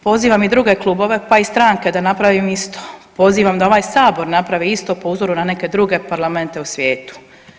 Pozivam i druge klubove pa i stranke da naprave isto, pozivam da ovaj Sabor napravi isto po uzoru na neke druge parlamente u svijetu.